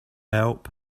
help